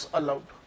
allowed